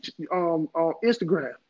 Instagram